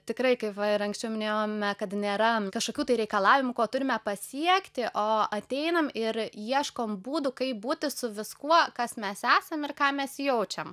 tikrai kaip va ir anksčiau minėjom kad nėra kažkokių tai reikalavimų ko turime pasiekti o ateinam ir ieškom būdų kaip būti su viskuo kas mes esam ir ką mes jaučiam